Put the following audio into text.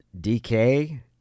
DK